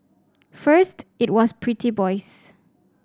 first it was pretty boys